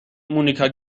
مونیکا